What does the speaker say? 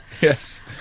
Yes